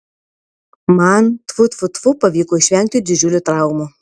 man tfu tfu tfu pavyko išvengti didžiulių traumų